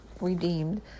redeemed